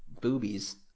boobies